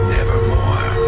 Nevermore